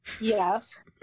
Yes